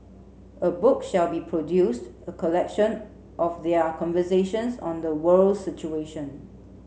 a book shall be produced a collection of their conversations on the world's situation